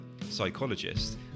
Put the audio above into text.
psychologist